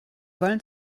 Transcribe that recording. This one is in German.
wollen